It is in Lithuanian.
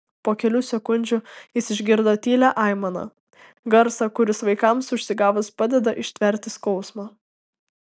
po kelių sekundžių jis išgirdo tylią aimaną garsą kuris vaikams užsigavus padeda ištverti skausmą